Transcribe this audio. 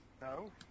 No